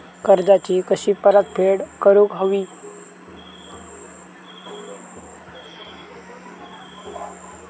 कर्जाची कशी परतफेड करूक हवी?